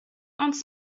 hans